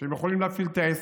שהם יכולים להפעיל את העסק,